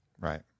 right